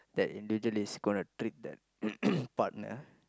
that individual is gonna treat that partner